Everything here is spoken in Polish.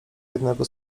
jednego